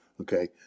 Okay